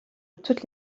toutes